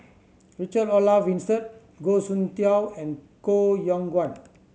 Richard Olaf Winstedt Goh Soon Tioe and Koh Yong Guan